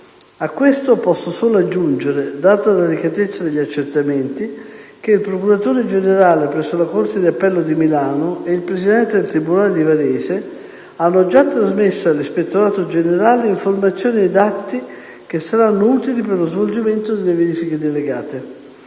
A questo posso solo aggiungere, data la delicatezza degli accertamenti, che il procuratore generale presso la corte di appello di Milano e il presidente del tribunale di Varese hanno già trasmesso all'ispettorato generale informazioni ed atti che saranno utili per lo svolgimento delle verifiche delegate.